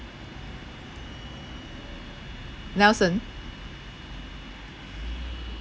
nelson